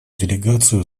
делегацию